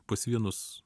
pas vienus